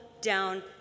down